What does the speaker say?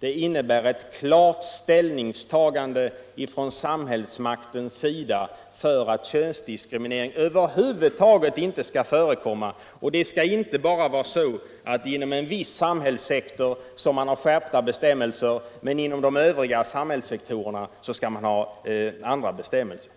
innebär ett klart ställningstagande från samhällsmaktens sida för att könsdiskriminering över huvud taget inte skall förekomma. Det skall inte vara så att man inom en viss samhällssektor har skärpta bestämmelser, medan man inom de Övriga samhällssektorerna har andra bestämmelser.